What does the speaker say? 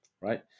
right